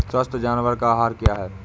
स्वस्थ जानवर का आहार क्या है?